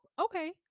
okay